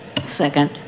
Second